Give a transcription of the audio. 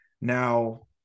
Now